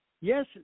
Yes